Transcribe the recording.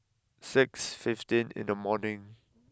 six fifteen in the morning